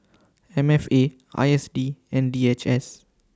M F A I S D and D H S